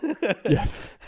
yes